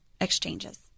exchanges